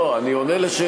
לא, אני עונה על שאלתך.